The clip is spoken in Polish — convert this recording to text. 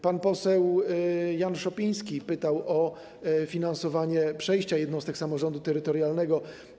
Pan poseł Jan Szopiński pytał o finansowanie przejścia w przypadku jednostek samorządu terytorialnego.